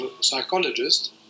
psychologist